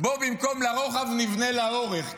בוא במקום לרוחב נבנה לאורך,